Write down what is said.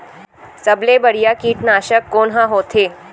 सबले बढ़िया कीटनाशक कोन ह होथे?